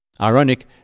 Ironic